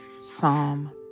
Psalm